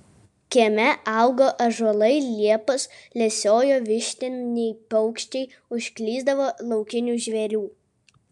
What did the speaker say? kieme augo ąžuolai liepos lesiojo vištiniai paukščiai užklysdavo laukinių žvėrių